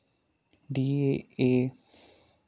दी ऐ